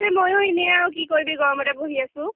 এই ময়ো এনেই আৰু কি কৰিবি গৰমতে বহি আছোঁ